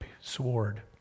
sword